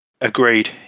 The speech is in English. Agreed